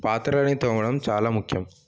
పాత్రలని తోమడం చాలా ముఖ్యం